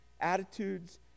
attitudes